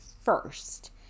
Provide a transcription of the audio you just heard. first